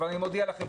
אבל אני מודיע לכם,